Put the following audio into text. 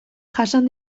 jasan